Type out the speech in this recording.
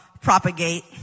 propagate